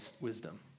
wisdom